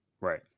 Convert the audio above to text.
right